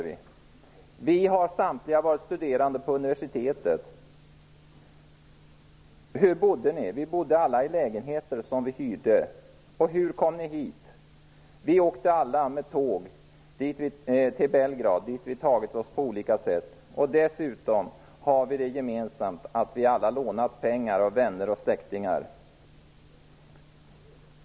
Vi har samtliga varit studerande vid universitetet. -- Hur bodde ni? -- Vi bodde alla i lägenheter som vi hyrde. -- Hur kom ni hit? -- Vi åkte alla tåg till Belgrad, dit vi tog oss på olika sätt. Dessutom har vi det gemensamt att vi alla lånat pengar av vänner och släktingar.